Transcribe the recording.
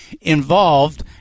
involved